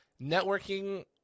Networking